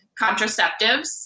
contraceptives